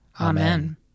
Amen